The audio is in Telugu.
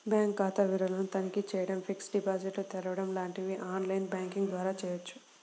బ్యాంక్ ఖాతా వివరాలను తనిఖీ చేయడం, ఫిక్స్డ్ డిపాజిట్లు తెరవడం లాంటివి ఆన్ లైన్ బ్యాంకింగ్ ద్వారా చేయవచ్చు